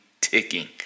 ticking